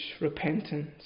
Repentance